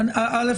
א',